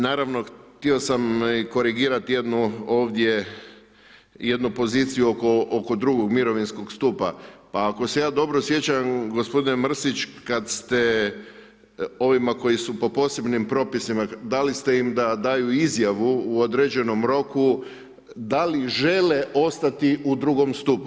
Naravno htio sam i korigirati jednu ovdje poziciju oko drugog mirovinskog stupa, pa ako se ja dobro sjećam gospodine Mrsić kad ste ovima koji su po posebnim propisima, dali ste im da daju izjavu u određenom roku da li žele ostati u drugom stupu.